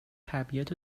طبیعت